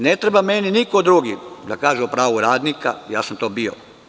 Ne treba meni niko drugi da kaže o pravu radnika, ja sam to bio.